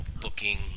booking